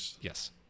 Yes